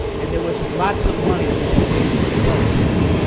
and there was lots of money to be made in the drug trade,